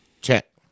Check